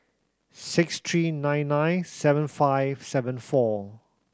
six three nine nine seven five seven four